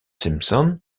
simpson